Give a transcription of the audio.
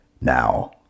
Now